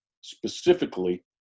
specifically